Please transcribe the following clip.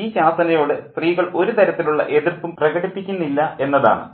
ഈ ശാസനയോട് സ്ത്രീകൾ ഒരു തരത്തിലുള്ള എതിർപ്പും പ്രകടിപ്പിക്കുന്നില്ല എന്നതാണ്